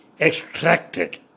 extracted